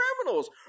criminals